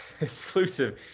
exclusive